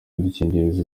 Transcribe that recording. udukingirizo